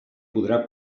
podrà